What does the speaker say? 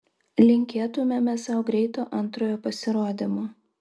linkėtumėme sau greito antrojo pasirodymo